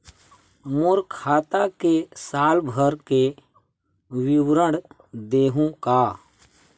मोर खाता के साल भर के विवरण देहू का?